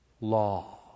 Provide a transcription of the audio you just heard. law